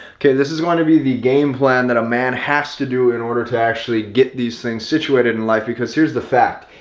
okay, this is going to be the gameplan that a man has to do in order to actually get these things situated in life. because here's the fact,